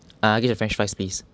ah I get the french fries please